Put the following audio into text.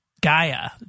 Gaia